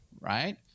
right